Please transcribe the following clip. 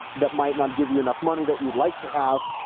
that might not give you enough money that you'd like to have?